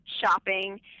shopping